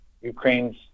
ukraine's